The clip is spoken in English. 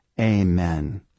amen